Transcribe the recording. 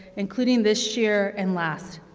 including this year and last.